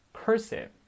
Cursive